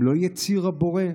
הם לא יציר הבורא?